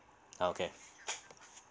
okay